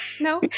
No